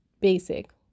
basic